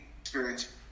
experience